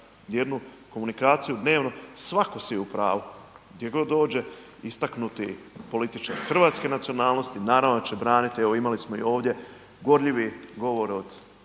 jednu komunikaciju dnevno, svako si je u pravu, gdje god dođe istaknuti političar hrvatske nacionalnosti naravno da će braniti, evo imali smo i ovdje gorljivi govor od